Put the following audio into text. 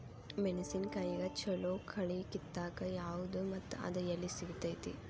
ಮೆಣಸಿನಕಾಯಿಗ ಛಲೋ ಕಳಿ ಕಿತ್ತಾಕ್ ಯಾವ್ದು ಮತ್ತ ಅದ ಎಲ್ಲಿ ಸಿಗ್ತೆತಿ?